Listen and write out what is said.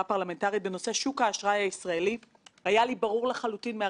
לפקח בשאלה האם תוקם כאן ועדה שתבדוק מה הם הכשלים,